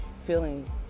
feeling